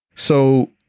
so,